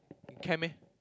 can meh